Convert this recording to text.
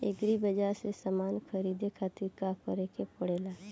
Agri बाज़ार से समान ख़रीदे खातिर का करे के पड़ेला?